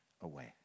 away